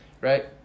right